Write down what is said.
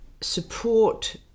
support